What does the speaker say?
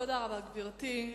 תודה רבה, גברתי.